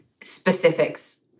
specifics